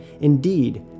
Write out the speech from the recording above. Indeed